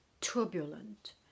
turbulent